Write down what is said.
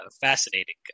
fascinating